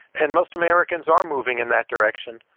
and most americans are moving in that direction.